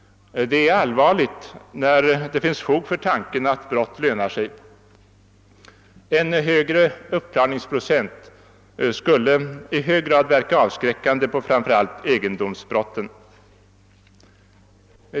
Det är allvarligt när det finns fog för tanken att brott lönar sig. En högre uppklarringsprocent skulle i betydande grad verka avskräckande framför allt när det gäller egendomsbrott.